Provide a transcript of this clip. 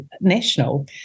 National